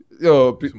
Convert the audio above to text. Yo